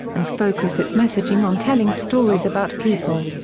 and focus its messaging on telling stories about people.